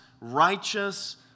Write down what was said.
righteous